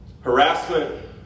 Harassment